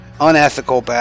Unethical